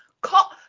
call